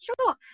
sure